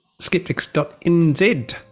skeptics.nz